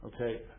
Okay